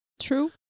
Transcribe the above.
true